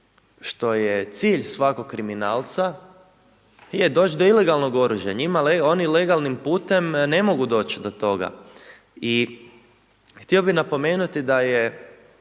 što je cilj svakog kriminalca je doć do ilegalnog oružja, oni legalnim putem ne mogu doći do toga. I htio bih napomenuti da je